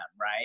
right